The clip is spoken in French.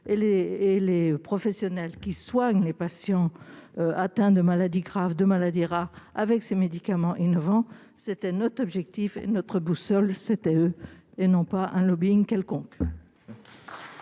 et les professionnels qui soignent les patients atteints de maladies graves, de maladies rares avec ces médicaments innovants, c'était notre objectif et notre boussole, c'était eux et non pas un lobbying quelconque.